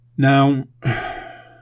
Now